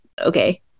okay